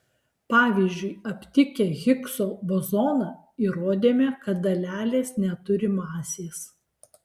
pavyzdžiui aptikę higso bozoną įrodėme kad dalelės neturi masės